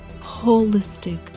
holistic